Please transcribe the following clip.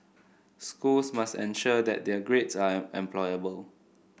schools must ensure that their grades are employable